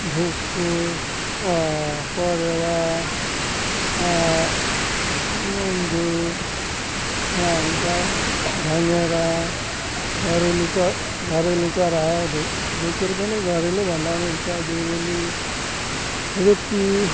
ढुकुर प परेवा मुजुर यहाँ हुन्छ भँगेरा घरेलु च घरेलु चरा हो ढु ढुकुर नि घरेलु भन्दा नि हुन्छ जुरेली रुपी